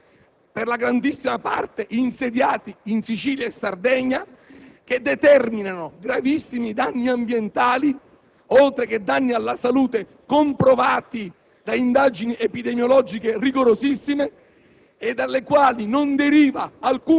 gli impianti di raffinazione, per la grandissima parte insediati in Sicilia e Sardegna, che determinano gravissimi danni ambientali oltre che comprovati danni alla salute emersi da rigorosissime